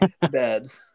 beds